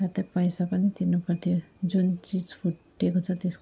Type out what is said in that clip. हो त्यहाँ पैसा पनि तिर्नु पर्थ्यो जुन चिज फुटेको छ त्यस